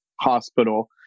hospital